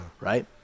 Right